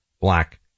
black